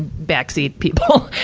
back seat people.